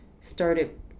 started